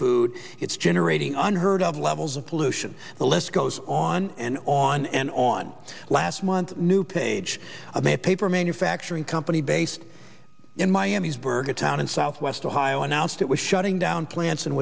food it's generating and heard of levels of pollution the list goes on and on and on last month new page i'm a paper manufacturing company based in miami's burger town in southwest ohio announced it was shutting down plants in